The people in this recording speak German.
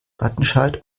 wattenscheid